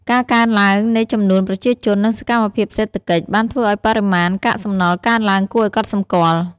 ការកើនឡើងនៃចំនួនប្រជាជន និងសកម្មភាពសេដ្ឋកិច្ច បានធ្វើឲ្យបរិមាណកាកសំណល់កើនឡើងគួរឲ្យកត់សម្គាល់។